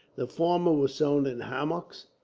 the former were sewn in hammocks,